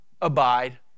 abide